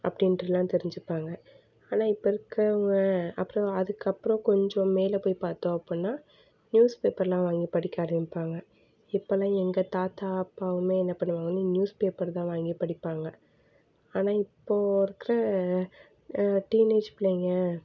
அப்படின்ட்டுலாம் தெரிஞ்சுப்பாங்க ஆனால் இப்போ இருக்கவங்க அப்புறம் அதுக்கப்புறம் கொஞ்சம் மேலே போய் பார்த்தோம் அப்படின்னா நியூஸ் பேப்பர்லாம் வாங்கிப் படிக்க ஆரம்பிப்பாங்க இப்போல்லாம் எங்கள் தாத்தா அப்பாவுமே என்ன பண்ணுவாங்கன்னா நியூஸ் பேப்பர் தான் வாங்கிப் படிப்பாங்க ஆனால் இப்போது இருக்கிற டீனேஜ் பிள்ளைங்க